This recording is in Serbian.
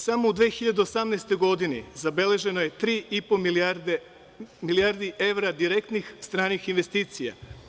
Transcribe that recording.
Samo u 2018. godini zabeleženo je 3,5 milijardi evra direktnih stranih investicija.